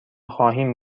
خواهیم